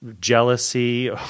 jealousy